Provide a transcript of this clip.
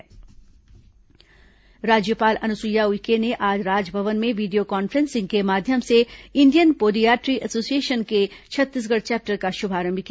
राज्यपाल शुभारंभ राज्यपाल अनुसुईया उइके ने आज राजभवन में वीडियो कॉन्फ्रेंसिंग के माध्यम से इंडियन पोडियाट्री एसोसिएशन के छत्तीसगढ़ चेप्टर का शुभारंभ किया